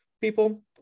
people